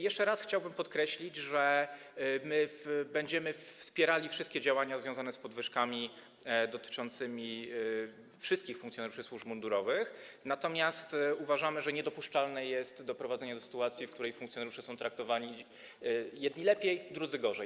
Jeszcze raz chciałbym podkreślić, że my będziemy wspierali wszystkie działania związane z podwyżkami dotyczącymi wszystkich funkcjonariuszy służb mundurowych, natomiast uważamy, że jest niedopuszczalne doprowadzenie do sytuacji, w której jedni funkcjonariusze są traktowani lepiej, a drudzy - gorzej.